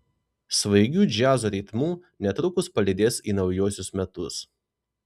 svaigiu džiazo ritmu netrukus palydės į naujuosius metus